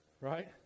right